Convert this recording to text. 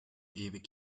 ewig